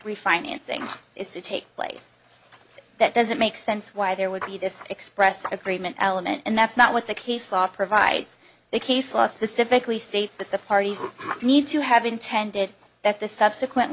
refinancing is to take place that doesn't make sense why there would be this express agreement element and that's not what the case law provides the case law specifically states that the parties need to have intended that the subsequent